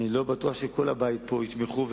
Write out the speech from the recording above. אני לא בטוח שכל הבית פה יתמכו,